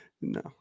No